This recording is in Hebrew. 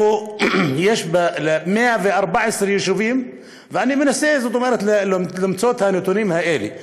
יש 114 יישובים, ואני מנסה למצוא את הנתונים האלה.